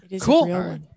cool